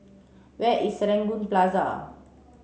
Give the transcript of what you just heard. where is Serangoon Plaza